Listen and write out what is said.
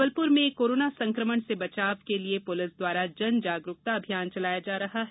जबलपुर में कोरोना संक्रमण से बचाव के लिए पुलिस द्वारा जन जागरुकता अभियान चलाया जा रहा है